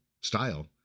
style